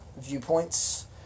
viewpoints